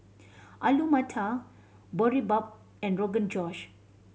Alu Matar Boribap and Rogan Josh